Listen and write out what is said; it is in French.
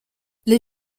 les